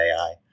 AI